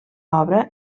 obra